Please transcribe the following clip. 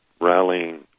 rallying